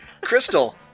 Crystal